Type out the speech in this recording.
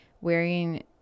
wearing